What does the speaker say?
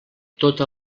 tota